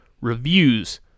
reviews